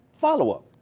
follow-up